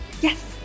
Yes